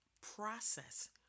process